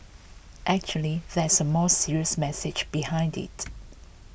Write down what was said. actually there's a more serious message behind it